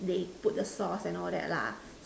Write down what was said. they put the sauce and all that lah